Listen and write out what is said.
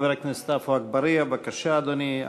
חבר הכנסת עפו אגבאריה, בבקשה, אדוני.